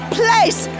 place